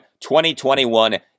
2021